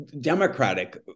Democratic